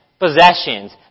Possessions